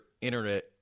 internet